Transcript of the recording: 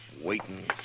Waiting